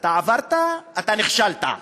אתה עברת, אתה נכשלת.